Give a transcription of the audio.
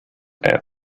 air